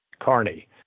Carney